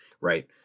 right